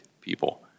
people